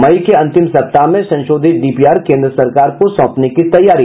मई के अंतिम सप्ताह में संशोधित डीपीआर केंद्र सरकार को सौंपने की तैयारी